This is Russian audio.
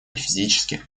физически